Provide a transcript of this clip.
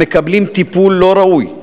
המקבלים טיפול לא ראוי,